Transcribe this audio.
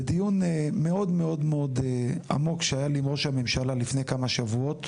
בדיון מאוד מאוד עמוק שהיה לי עם ראש הממשלה לפני כמה שבועות